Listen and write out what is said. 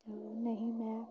ਨਹੀਂ ਮੈਂ